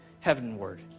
heavenward